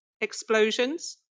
Explosions